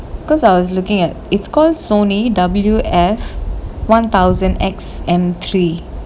because I was looking at its called Sony W_F one thousand X_M three